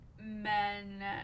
men